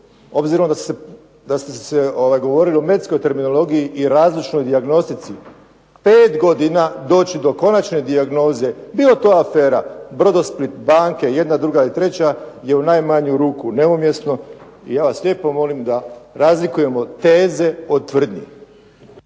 obzirom da ste govorili u medicinskoj terminologiji i različnoj dijagnostici, 5 godina doći do konačne dijagnoze bila to afera "Brodosplit", banke jedna, druga i treća je u najmanju ruku neumjesno. I ja vas lijepo molim da razlikujemo teze od tvrdnji.